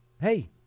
hey